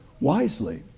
wisely